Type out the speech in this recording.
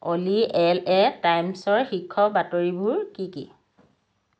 অ'লি এল এ টাইমছৰ শীৰ্ষ বাতৰিবোৰ কি কি